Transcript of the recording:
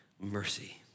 mercy